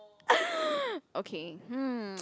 okay hmm